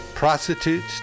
Prostitutes